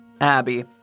Abby